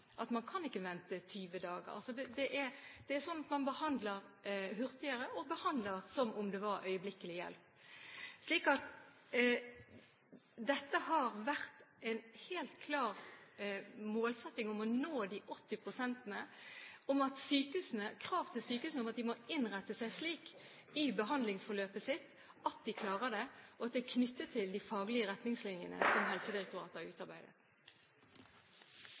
har vært en helt klar målsetting å nå de 80 prosentene, og det har vært krav til sykehusene om at de må innrette seg slik i behandlingsforløpet at de klarer det. Det er knyttet til de faglige retningslinjene som Helsedirektoratet har utarbeidet.